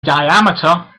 diameter